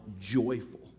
joyful